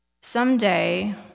Someday